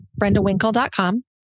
brendawinkle.com